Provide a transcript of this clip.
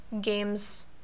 game's